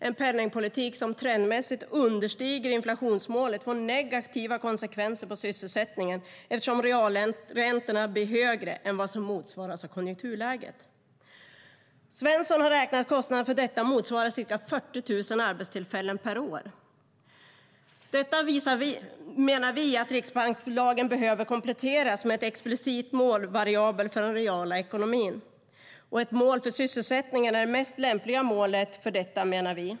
En penningpolitik som trendmässigt understiger inflationsmålet får negativa konsekvenser på sysselsättningen eftersom realräntorna blir högre än vad som motiveras av konjunkturläget. Svensson har räknat att kostnaden för detta motsvarar ca 40 000 arbetstillfällen per år. Detta visar, menar vi, att riksbankslagen behöver kompletteras med en explicit målvariabel för den reala ekonomin. Ett mål för sysselsättningen är det lämpligaste målet för detta, menar vi.